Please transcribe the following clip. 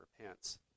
repents